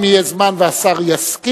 אם יהיה זמן והשר יסכים,